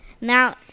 Now